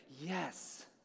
yes